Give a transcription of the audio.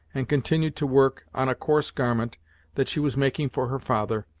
and continued to work on a coarse garment that she was making for her father,